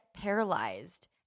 paralyzed